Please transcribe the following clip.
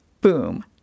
Boom